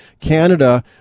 Canada